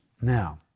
Now